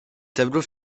tableaux